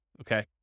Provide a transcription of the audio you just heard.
okay